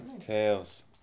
Tails